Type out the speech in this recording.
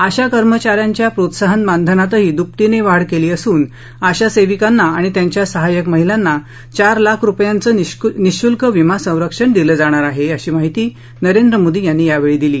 आशा कर्मचाऱ्यांच्या प्रोत्साहन मानधनातही दुपटीने वाढ केली असून आशा सेविकांना आणि त्यांच्या सहाय्यक महिलांना चार लाख रुपयांचं निःशुल्क विमा संरक्षण दिलं जाणार आहे अशी माहिती नरेंद्र मोदी यांनी यावेळी दिली